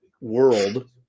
world